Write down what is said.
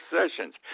Sessions